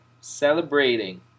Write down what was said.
celebrating